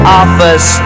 office